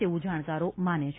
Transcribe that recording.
તેવું જાણકારો માને છે